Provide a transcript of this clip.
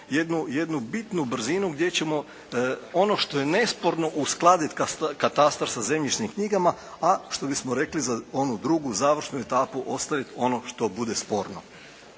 jednu bitnu brzinu gdje ćemo ono što je nesporno, uskladiti katastar sa zemljišnim knjigama, a što bismo rekli za onu drugu završnu etapu ostaje ono što bude sporno.